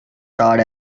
charred